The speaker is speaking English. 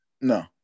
No